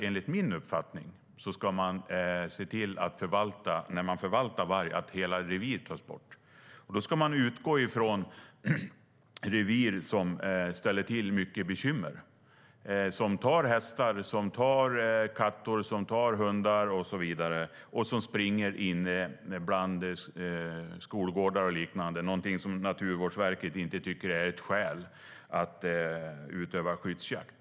Enligt min uppfattning ska man nämligen när man förvaltar varg se till att hela reviret tas bort, och då ska man utgå från revir som ställer till mycket bekymmer - där vargen tar hästar, katter, hundar och så vidare och springer inne på skolgårdar och liknande. Det är inget Naturvårdsverket tycker är ett skäl att utöva skyddsjakt.